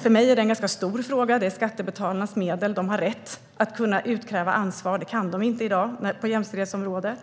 För mig är det en ganska stor fråga. Det är skattebetalarnas medel. De har rätt att kunna utkräva ansvar, men det kan de inte i dag på jämställdhetsområdet.